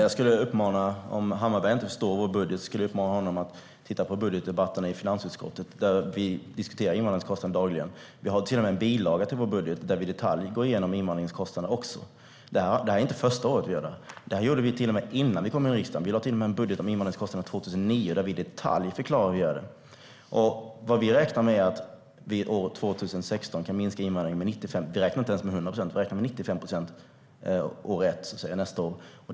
Herr talman! Om Hammarbergh inte förstår vår budget skulle jag uppmana honom att titta på budgetdebatterna i finansutskottet, där vi diskuterar invandringskostnaderna dagligen. Vi har till och med en bilaga till vår budget där vi i detalj går igenom invandringskostnaderna. Det här är inte första året vi gör det. Det gjorde vi till och med innan vi kom in i riksdagen - vi lade en budget om invandringskostnaderna redan 2009, där vi i detalj förklarade hur vi gör. Vad vi räknar med är att vi år 2016 kan minska invandringen med 95 procent. Vi räknar inte ens med 100 procent utan med 95 procent år ett, det vill säga nästa år.